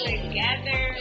together